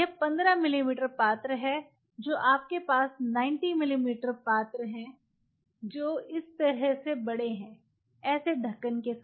यह 15 मिमी पात्र है तो आपके पास 90 मिमी पात्र हैं जो इस तरह से बड़े हैं ऐसे ढक्कन के साथ